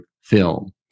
FILM